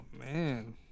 man